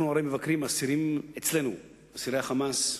אנחנו הרי מבקרים, אסירים אצלנו, אסירי ה"חמאס",